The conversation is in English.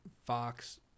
fox